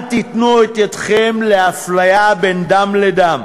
אל תיתנו את ידכם לאפליה בין דם לדם,